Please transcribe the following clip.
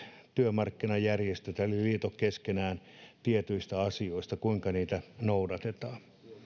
työmarkkinajärjestöt eli liitot keskenämme olemme päättäneet tietyistä asioista kuinka niitä noudatetaan